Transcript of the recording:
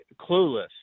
clueless